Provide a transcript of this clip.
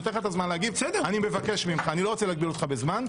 אני לא רוצה להגביל אותך בזמן.